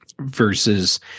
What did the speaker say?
versus